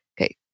Okay